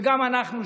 וגם אנחנו,